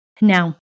Now